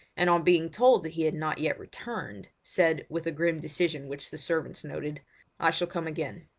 and on being told that he had not yet returned, said, with a grim decision which the servants noted i shall come again.